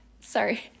Sorry